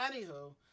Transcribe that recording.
anywho